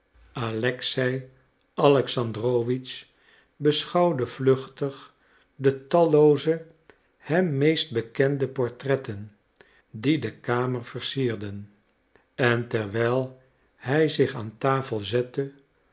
alexei alexandrowitsch beschouwde vluchtig de tallooze hem meest bekende portretten die de kamer versierden en terwijl hij zich aan tafel zette